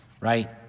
right